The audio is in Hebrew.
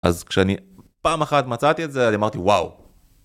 אז כשאני פעם אחת מצאתי את זה, אני אמרתי וואו